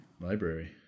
Library